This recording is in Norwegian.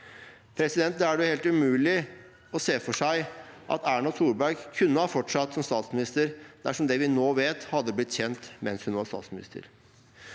statsminister? Det er helt umulig å se for seg at Erna Solberg kunne ha fortsatt som statsminister dersom det vi nå vet, hadde blitt kjent mens hun var statsminister.